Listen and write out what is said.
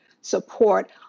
support